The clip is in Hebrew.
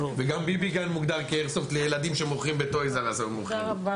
וגם BB gun מוגדר כאיירסופט לילדים שמוכרים בטויס אר אס.